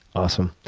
awesome.